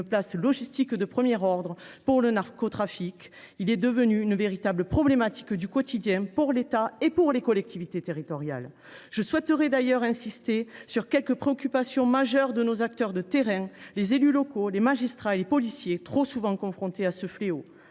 place logistique de premier ordre pour le narcotrafic. C’est devenu une véritable problématique du quotidien pour l’État et les collectivités territoriales. Je souhaite d’ailleurs insister sur quelques préoccupations majeures de nos acteurs de terrain, les élus locaux, les magistrats et les policiers, trop souvent confrontés à ce fléau.